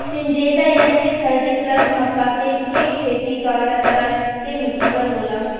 Syngenta NK thirty plus मक्का के के खेती कवना तरह के मिट्टी पर होला?